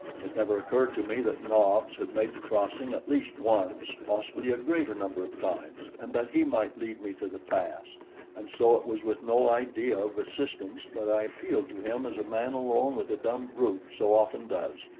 it never occurred to me that nobs had made the crossing at least once, possibly a greater number of times, and that he might lead me to the pass and so it was with no idea of assistance that i appealed to him as a man alone with a dumb brute so often does.